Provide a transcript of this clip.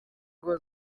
ngo